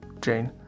Jane